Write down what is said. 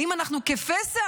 האם אנחנו כפסע?